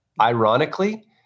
Ironically